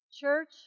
church